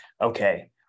Okay